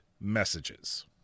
Messages